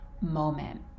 moment